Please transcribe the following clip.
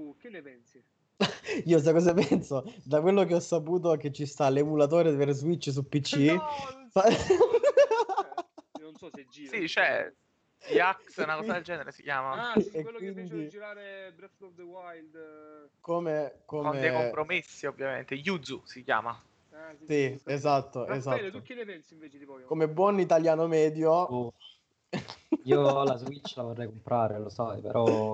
Che ne pensi? Io sai cosa penso? Da quello che ho saputo che ci sta l'emulatore per Switch su PC. No, Fa- non so. Eh, io non so se gira, Sì, non so c'è. se- Yaks, Sì. una cosa del genere si chiama. Ah, sì, E quello che fece quindi- girare Breath of the Wild, eh. Come- Con dei come- compromessi, ovviamente. Yuzu si chiama. Ah, sì, sì, Sì, giusto. esatto, Raffaele, esatto. tu chi ne pensi invece di voi? Come buon italiano medio- Oh. Io la Switch la vorrei comprare, lo sai, però-